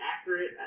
accurate